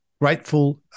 grateful